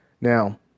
Now